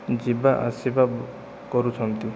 ଯିବା ଆସିବା କରୁଛନ୍ତି